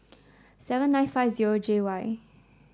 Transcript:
seven nine five zero J Y